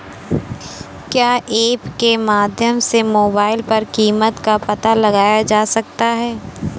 क्या ऐप के माध्यम से मोबाइल पर कीमत का पता लगाया जा सकता है?